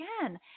again